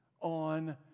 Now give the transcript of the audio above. on